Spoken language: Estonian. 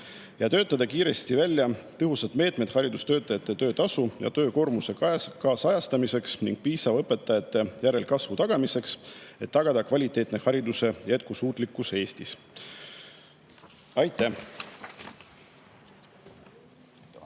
töötada kiiresti välja tõhusad meetmed haridustöötajate töötasu ja töökoormuse kaasajastamiseks ning piisava õpetajate järelkasvu tagamiseks, et tagada kvaliteetse hariduse jätkusuutlikkus Eestis. Aitäh!